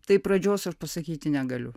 taip pradžios aš pasakyti negaliu